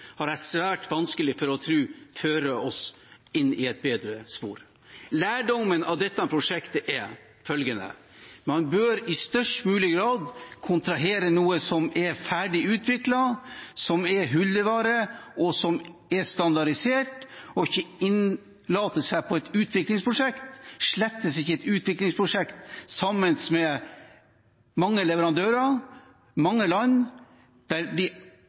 har jeg svært vanskelig for å tro fører oss inn på et bedre spor. Lærdommen av dette prosjektet er følgende: Man bør i størst mulig grad kontrahere noe som er ferdig utviklet, som er hyllevare, og som er standardisert, og ikke innlate seg på et utviklingsprosjekt, slett ikke et utviklingsprosjekt sammen med mange leverandører og mange land, der de